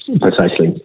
Precisely